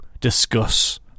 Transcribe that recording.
discuss